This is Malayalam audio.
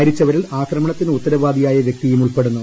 മ്രീച്ചപ്പരിൽ ആക്രമണത്തിന് ഉത്തരവാദിയായ വൃക്തിയും ഉൾപ്പെടുന്നു